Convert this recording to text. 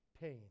pain